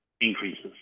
increases